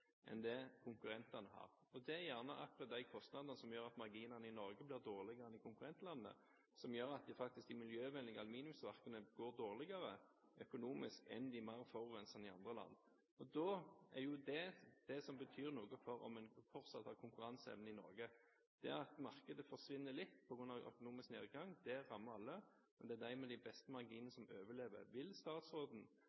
enn det konkurrentene har, og det er gjerne akkurat de kostnadene som gjør at marginene i Norge blir dårligere enn det man har i konkurrentlandene, og som gjør at de miljøvennlige aluminiumsverkene går dårligere økonomisk enn de mer forurensende i andre land. Da er det det som betyr noe for om en fortsatt har konkurranseevne i Norge. Det at markedet forsvinner litt på grunn av økonomisk nedgang, rammer alle, men det er de med de beste marginene